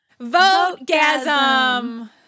Votegasm